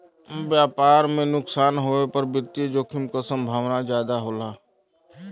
व्यापार में नुकसान होये पर वित्तीय जोखिम क संभावना जादा हो जाला